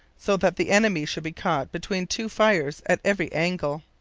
so that the enemy should be caught between two fires at every angle.